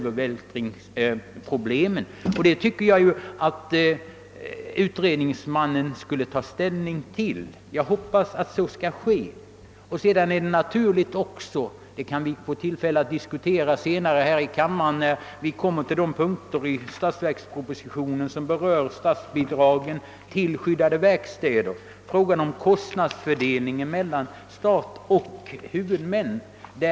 Enligt min mening borde utredningsmannen ta ställning till kostnadsövervältringsproblemen; jag hoppas att så skall ske. Vi får senare, när vi kommer till de punkter i statsverkspropositionen som berör statsbidragen till skyddade verkstäder, tillfälle att här i kammaren diskutera frågan om kostnadsfördelningen mellan staten och huvudmännen.